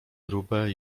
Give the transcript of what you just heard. grube